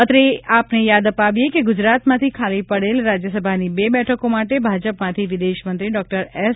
અત્રે એ યાદ અપાવીએ કે ગુજરાતમાંથી ખાલી પડેલી રાજ્યસભાની બે બેઠકો માટે ભાજપમાંથી વિદેશમંત્રી ડૉક્ટર એસ